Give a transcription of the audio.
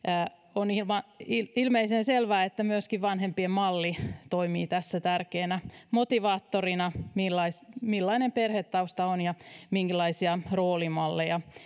on ilmeisen selvää että myöskin vanhempien malli toimii tässä tärkeänä motivaattorina millainen millainen perhetausta on ja minkälaisia roolimalleja